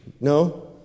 No